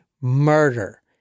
murder